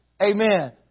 amen